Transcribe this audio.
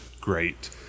great